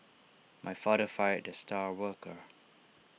my father fired the star worker